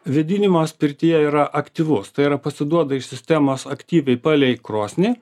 vėdinimas pirtyje yra aktyvus tai yra pasiduoda iš sistemos aktyviai palei krosnį